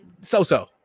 so-so